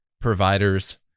providers